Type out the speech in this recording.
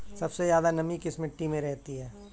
सबसे ज्यादा नमी किस मिट्टी में रहती है?